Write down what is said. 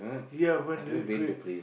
ya burn the liquid